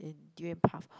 durian puff